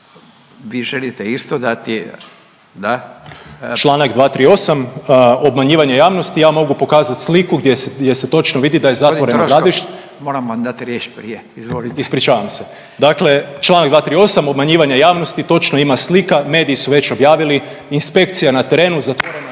Zvonimir (MOST)** Čl. 238., obmanjivanje javnosti. Ja mogu pokazat sliku gdje se točno vidi da je …/Upadica Radin: Gospodin Troskot moram vam dat riječ prije. izvolite./… Ispričavam se, dakle čl. 238. obmanjivanje javnosti, točno ima slika mediji su već objavili inspekcija je na terenu, zatvoreno